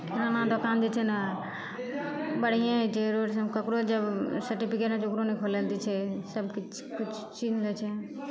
किराना दोकान जे छै ने बढ़ियेँ छै ओहिठाम ककरो जब सर्टिफिकेट होइ छै ओकरो नहि खोलए दै छै सबके छीन लै छै